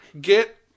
get